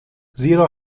زیرا